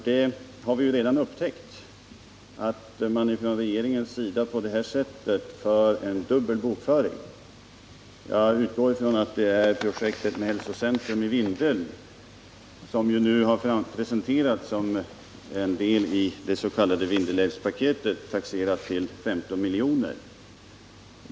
Vi har ju redan upptäckt att man från regeringens sida på det här sättet tillämpar dubbel bokföring. Jag utgår från att det gäller projektet med hälsocentrum i Vindeln, som ju nu har presenterats som en del idets.k. Vindelälvspaketet, taxerat till 15 miljoner.